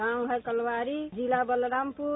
गांव है कलवारी जिला बलरामपुर